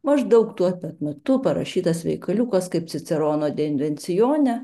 maždaug tuo pat metu parašytas veikaliukas kaip cicerono deinvencione